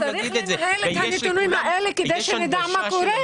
צריך לקבל את הנתונים הללו כדי שנדע מה קורה.